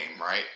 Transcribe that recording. right